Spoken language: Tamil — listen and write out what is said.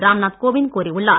ராம் நாத் கோவிந்த் கூறியுள்ளார்